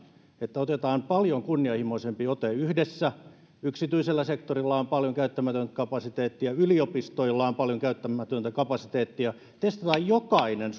että otetaan paljon kunnianhimoisempi ote yhdessä yksityisellä sektorilla on paljon käyttämätöntä kapasiteettia yliopistoilla on paljon käyttämätöntä kapasiteettia testataan jokainen